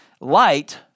light